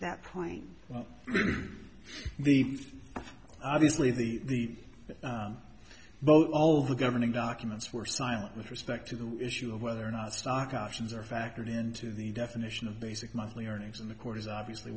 that point the obviously the vote all the governing documents were silent with respect to the issue of whether or not the stock options are factored into the definition of basic monthly earnings and the court is obviously